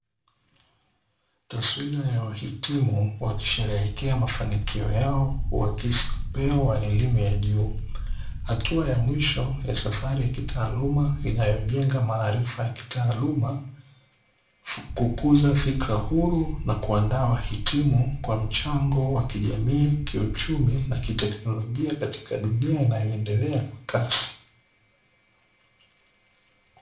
Taswira ya wahitimu wakisherehekea mafanikio yao huakisi upeo wa elimu ya juu, hatua ya mwisho ya safari ya kitaaluma inayojenga maarifa ya kitaaluma, kukuza fikra huru na kuandaa wahitimu kwa mchango wa kijamii, kiuchumi na kiteknolojia katika dunia inayokua kwa kasi.